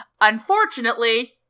Unfortunately